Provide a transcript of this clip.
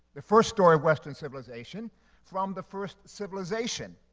the first story of western civilization from the first civilization.